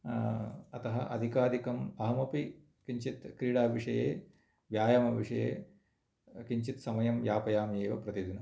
अतः अधिकाधिकं अहमपि किञ्चित् क्रीडाविषये व्यायामविषये किञ्चित् समयं यापयामि एव प्रतिदिनम्